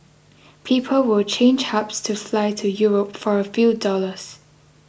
people will change hubs to fly to Europe for a few dollars